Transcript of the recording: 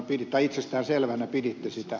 kuinka itsestään selvänä piditte sitä